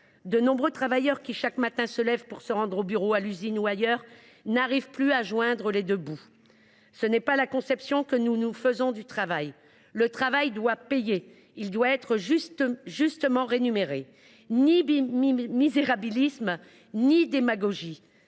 De nombreux travailleurs, qui chaque matin se lèvent pour se rendre au bureau, à l’usine ou ailleurs, n’arrivent plus à joindre les deux bouts. Telle n’est pas la conception que nous nous faisons du travail. Le travail doit payer, il doit être justement rémunéré. Ni misérabilisme ni démagogie